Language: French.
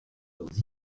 leurs